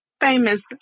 famous